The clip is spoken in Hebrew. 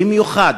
במיוחד